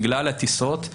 בגלל הטיסות.